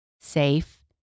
safe